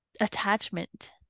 attachment